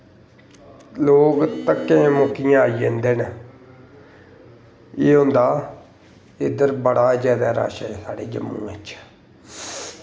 लोग धक्कें मुक्कियें आई जंदे न एह् होंदा इद्धर बड़ा जैदा रश ऐ साढ़ै जम्मू च